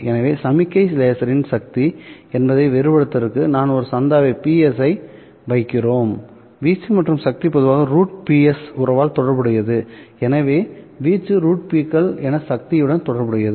எனவே சமிக்ஞை லேசரின் சக்தி என்பதை வேறுபடுத்துவதற்கு நாம் ஒரு சந்தாவை Ps ஐ வைக்கிறோம்வீச்சு மற்றும் சக்தி பொதுவாக √Ps உறவால் தொடர்புடையது எனவே வீச்சு √P கள் என சக்தியுடன் தொடர்புடையது